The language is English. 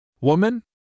Woman